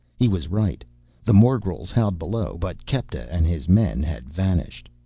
he was right the morgels howled below, but kepta and his men had vanished.